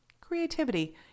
Creativity